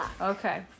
Okay